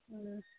ꯎꯝ